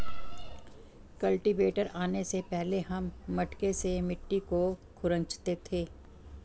cultivator आने से पहले हम मटके से मिट्टी को खुरंचते थे